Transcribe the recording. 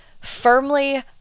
firmly